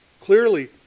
Clearly